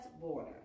border